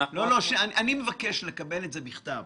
אני מבקש לקבל בכתב